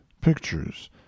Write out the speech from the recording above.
pictures